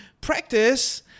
practice